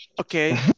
Okay